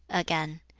again,